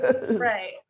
right